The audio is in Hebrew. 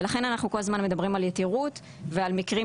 ולכן אנחנו כל הזמן מדברים על יתירות ועל מקרים